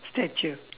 statue